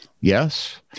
Yes